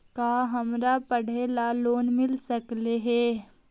का हमरा पढ़े ल लोन मिल सकले हे?